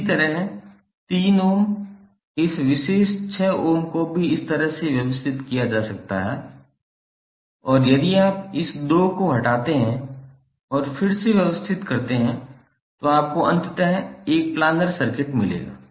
इसी तरह 3 ओम इस विशेष 6 ओम को भी इस तरह से व्यवस्थित किया जा सकता है और यदि आप इस 2 को हटाते हैं और फिर से व्यवस्थित करते हैं तो आपको अंततः एक प्लानर सर्किट मिलेगा